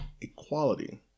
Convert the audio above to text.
equality